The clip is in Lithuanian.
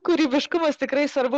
kūrybiškumas tikrai svarbu